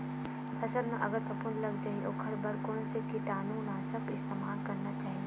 फसल म अगर फफूंद लग जा ही ओखर बर कोन से कीटानु नाशक के इस्तेमाल करना चाहि?